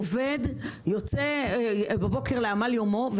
אדם עובד יוצא בבוקר לעמל יומו,